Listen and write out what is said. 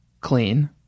clean